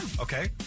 Okay